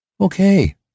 Okay